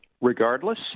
regardless